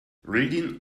reading